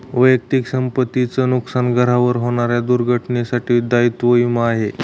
वैयक्तिक संपत्ती च नुकसान, घरावर होणाऱ्या दुर्घटनेंसाठी दायित्व विमा आहे